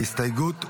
ההסתייגות הוסרה.